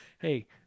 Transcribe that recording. Hey